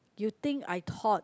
you think I thought